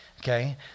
okay